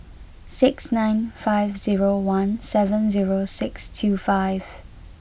six nine five zero one seven zero six two five